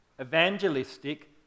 Evangelistic